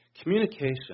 Communication